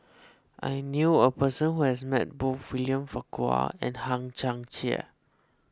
I knew a person who has met both William Farquhar and Hang Chang Chieh